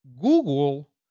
Google